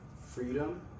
freedom